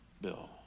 Bill